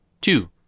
Two